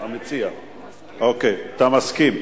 אתה מסכים?